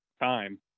time